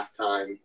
halftime